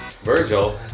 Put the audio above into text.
Virgil